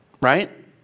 right